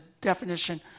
definition